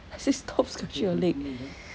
I say stop scratching your leg